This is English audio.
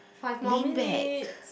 five more minutes